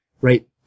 right